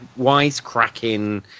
wisecracking